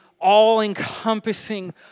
all-encompassing